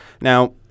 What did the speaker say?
now